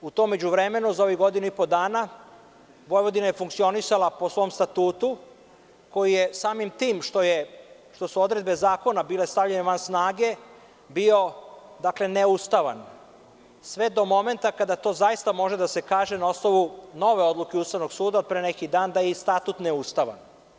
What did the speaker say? U međuvremenu za ovih godinu i po dana Vojvodina je funkcionisala po svom Statutu, koji je samim tim što su odredbe zakona bile stavljene van snage, bio neustavan, sve do momenta kada to zaista može da se kaže, na osnovu nove odluke Ustavnog suda od pre neki dan, da je i Statut neustavan.